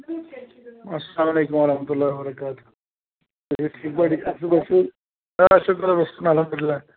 اَسَلامُ علیکُم وَرحمتُہ اللہ وَبَراکاتُہ تُہۍ چھِو ٹھیٖک پٲٹھی اَصٕل پٲٹھۍ کیٛاہ چھِو کران الحمدُاللہ